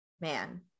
man